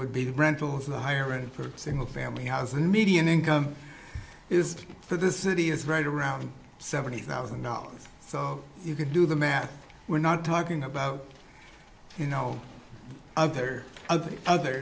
would be the rentals the higher end for single family housing median income is for the city is right around seventy thousand dollars so you could do the math we're not talking about you know other of the other